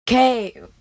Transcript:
Okay